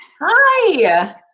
Hi